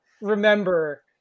remember